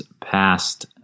past